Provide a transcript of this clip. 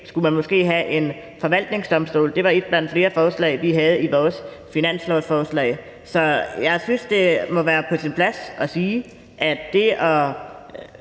skulle have en forvaltningsdomstol. Det var et blandt flere forslag, vi havde i vores finanslovsudspil. Jeg synes, det må være på sin plads at sige, at det at